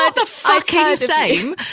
ah the fucking same.